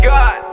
God